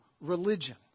religion